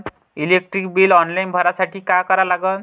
Electric bill online भरासाठी का करा लागन?